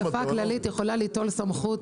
האספה הכללית יכולה ליטול סמכות,